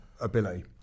ability